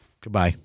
Goodbye